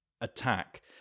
attack